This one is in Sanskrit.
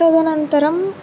तदनन्तरम्